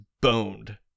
boned